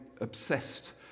obsessed